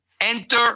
Enter